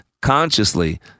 consciously